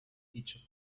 feature